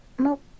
Nope